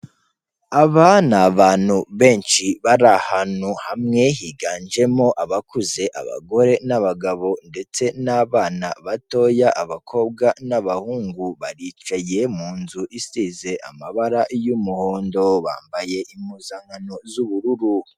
Aba ni abantu benshi bari ahantu hamwe higanjemo abakuze, abagore n'abagabo ndetse n'abana batoya, abakobwa n'abahungu, baricaye mu nzu isize amabara y'umuhondo, bambaye impuzankano z'ubururu.